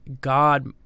God